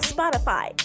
Spotify